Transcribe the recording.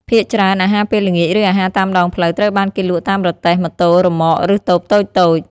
ភាគច្រើនអាហារពេលល្ងាច ឬអាហារតាមដងផ្លូវត្រូវបានគេលក់តាមរទេះ ម៉ូតូ រឺម៉ក ឬតូបតូចៗ។